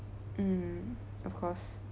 mm of course